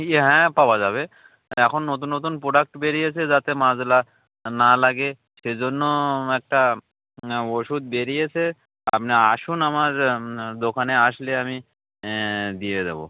কী হ্যাঁ পাওয়া যাবে এখন নতুন নতুন প্রোডাক্ট বেরিয়েছে যাতে মাছলা না লাগে সে জন্য একটা ওষুধ বেরিয়েছে আপনি আসুন আমার দোকানে আসলে আমি দিয়ে দেবো